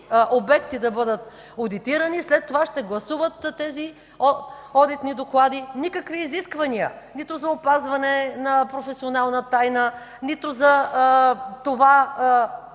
обекти да бъдат одитирани, а след това ще се гласуват тези одитни доклади. Никакви изисквания – нито за опазване на професионална тайна, нито за това